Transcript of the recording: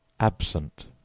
absent,